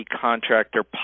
Contractor